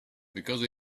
because